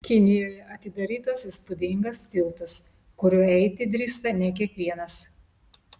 kinijoje atidarytas įspūdingas tiltas kuriuo eiti drįsta ne kiekvienas